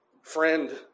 friend